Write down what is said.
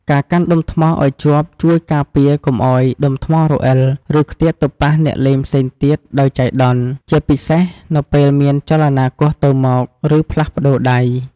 ការកាន់ដុំថ្មឲ្យជាប់ជួយការពារកុំឲ្យដុំថ្មរអិល ឬខ្ទាតទៅប៉ះអ្នកលេងផ្សេងទៀតដោយចៃដន្យ ជាពិសេសនៅពេលមានចលនាគោះទៅមក ឬផ្លាស់ប្តូរដៃ។